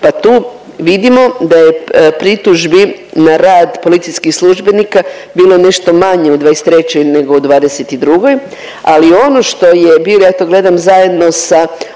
pa tu vidimo da je pritužbi na rad policijskih službenika bilo nešto manje u '23. nego u '22., ali ono što je bilo ja to gledam zajedno sa